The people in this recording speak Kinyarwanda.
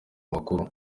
makuru